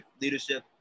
leadership